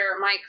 Mike